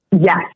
Yes